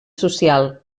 social